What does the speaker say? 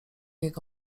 jego